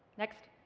next,